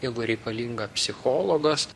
jeigu reikalinga psichologas